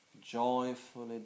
joyfully